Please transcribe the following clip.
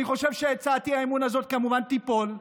אני חושב שהצעת האי-אמון הזאת כמובן תיפול.